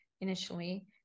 initially